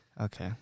okay